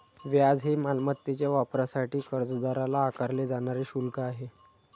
व्याज हे मालमत्तेच्या वापरासाठी कर्जदाराला आकारले जाणारे शुल्क आहे